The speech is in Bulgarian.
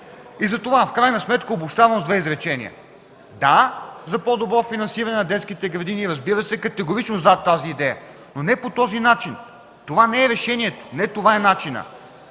спазва. В крайна сметка ще обобщя с две изречения. Да, за по-добро финансиране на детските градини. Разбира се – категорично зад тази идея, но не по този начин. Това не е решението. Не това е начинът,